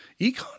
Econ